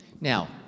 Now